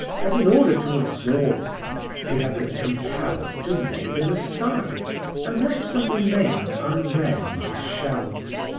that in order to absorb them he had been compelled to lay them aside and let them remain unread on his shelves.